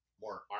more